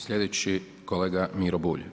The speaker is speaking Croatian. Slijedeći kolega Miro Bulj.